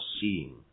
seeing